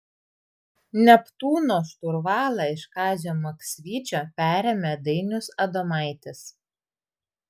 neptūno šturvalą iš kazio maksvyčio perėmė dainius adomaitis